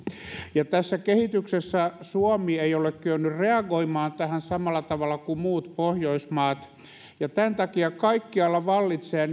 ja tässä kehityksessä suomi ei ole kyennyt reagoimaan tähän samalla tavalla kuin muut pohjoismaat ja tämän takia kaikkialla vallitsee